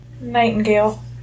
Nightingale